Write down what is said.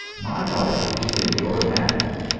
my life is in your hands.